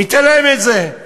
ניתן להם את זה.